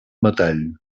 metall